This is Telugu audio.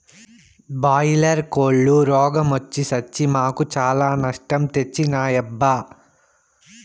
బాయిలర్ కోల్లు రోగ మొచ్చి సచ్చి మాకు చాలా నష్టం తెచ్చినాయబ్బా